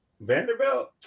Vanderbilt